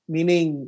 Meaning